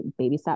babysat